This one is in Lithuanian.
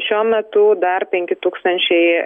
šiuo metu dar penki tūkstančiai